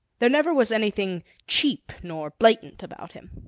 there never was anything cheap nor blatant about him.